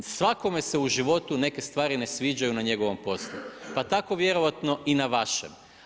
Svakome se u životu neke stvari ne sviđaju na njegovom poslu, pa tako vjerojatno i na vašem.